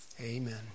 amen